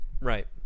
right